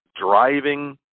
driving